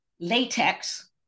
latex